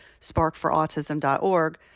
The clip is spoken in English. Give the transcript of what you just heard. sparkforautism.org